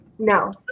No